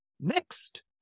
Next